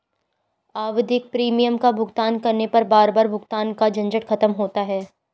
आवधिक प्रीमियम का भुगतान करने पर बार बार भुगतान का झंझट खत्म होता है